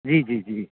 जी जी जी